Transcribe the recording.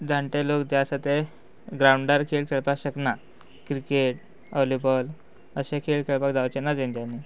जाणटे लोक जे आसा ते ग्रावंडार खेळ खेळपाक शकना क्रिकेट वॉलीबॉल अशे खेळ खेळपाक जावचें ना तेंच्यांनी